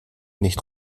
nicht